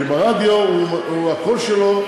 כי ברדיו הקול שלו,